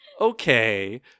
Okay